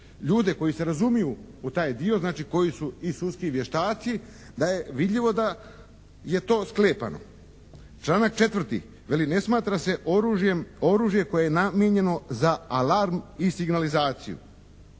ljude koji se razumiju u taj dio, znači koji su i sudski vještaci, da je vidljivo da je to sklepano. Članak 4. veli "ne smatra se oružjem oružje koje je namijenjeno za alarm i signalizaciju".